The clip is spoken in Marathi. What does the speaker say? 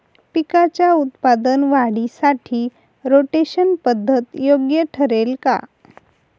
पिकाच्या उत्पादन वाढीसाठी रोटेशन पद्धत योग्य ठरेल का?